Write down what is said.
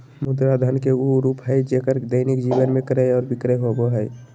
मुद्रा धन के उ रूप हइ जेक्कर दैनिक जीवन में क्रय और विक्रय होबो हइ